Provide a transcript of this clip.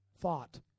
Fought